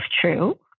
true